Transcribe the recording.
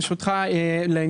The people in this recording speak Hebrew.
פירוש הסדר ביניהם?